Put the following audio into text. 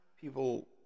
people